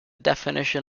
definition